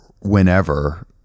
whenever